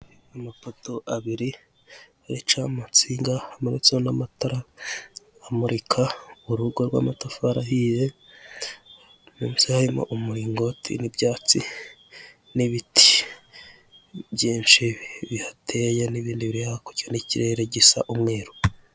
Amapoto abiri ari gucaho amatsinga hamanitseho n'amatara amurika urugo rw'amatafari ahiye munsi harimo umuringoti n'ibyatsi n'ibiti byinshi bihateye n'ibindi biri hakurya n'ikirere gisa umweru.